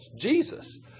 Jesus